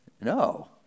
No